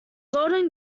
golden